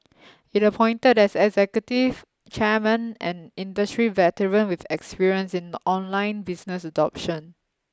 it appointed as executive chairman an industry veteran with experience in online business adoption